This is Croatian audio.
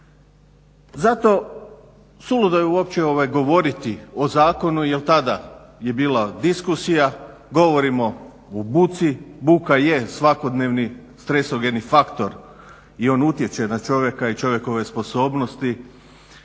Zato suludo je uopće govoriti o zakonu jer tada je bila diskusija, govorimo o buci. Buka je svakodnevni stresogeni faktor i on utječe na čovjeka i čovjekove sposobnosti